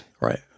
Right